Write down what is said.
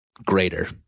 Greater